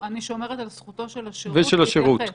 אני לא יכולה עכשיו להגיד לסבטה: תשלחי את זה לחנויות של אפל וגוגל.